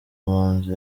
mpunzi